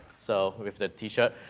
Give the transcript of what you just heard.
so, with the t-shirt.